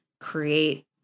create